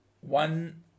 one